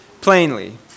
plainly